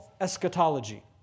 eschatology